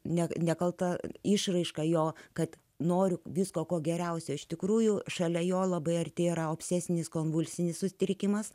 net nekalta išraiška jo kad noriu visko ko geriausio iš tikrųjų šalia jo labai arti ir obsesinis kompulsinis sutrikimas